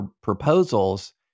proposals